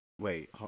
wait